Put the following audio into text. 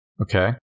Okay